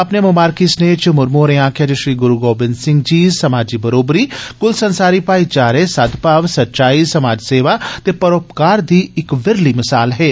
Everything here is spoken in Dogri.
अपने ममारकी सनेए च मुर्मू होरे आक्खेआ जे श्री गुरू गोबिंद सिंह जी समाजी बरोबरी कुलसंसारी भाई चारे सद्भाव सच्चाई समाज सेवा ते परोपकार दी बिरली मिसाल हे